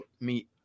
meat